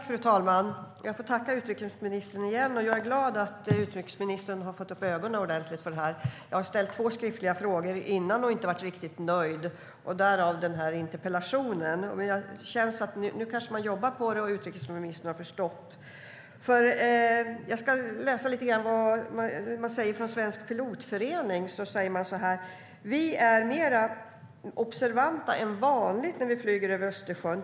Fru talman! Jag får tacka utrikesministern igen och är glad att utrikesministern har fått upp ögonen ordentligt för det här. Jag har ställt två skriftliga frågor tidigare men inte blivit riktigt nöjd med svaren, därav den här interpellationen. Men nu kanske man jobbar på detta och utrikesministern har förstått problemet. Svensk pilotförening säger att de är mer observanta än vanligt när de flyger över Östersjön.